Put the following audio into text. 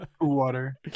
water